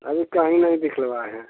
अभी कहीं नहीं दिखाए हैं